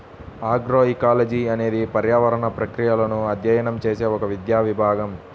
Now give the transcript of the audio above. agroecology అనేది పర్యావరణ ప్రక్రియలను అధ్యయనం చేసే ఒక విద్యా విభాగం